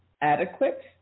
adequate